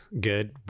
good